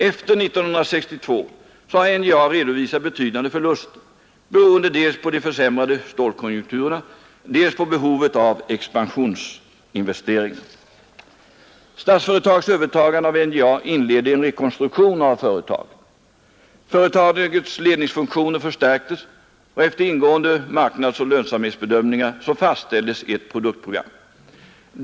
Efter 1962 har NJA redovisat betydande förluster, beroende dels på de försämrade stålkonjunkturerna, dels på behovet av expansionsinvesteringar. Statsföretags övertagande av NJA inledde en rekonstruktion av företaget. Företagets ledningsfunktioner förstärktes, och efter ingående marknadsoch lönsamhetsbedömningar fastställdes ett produktprogram.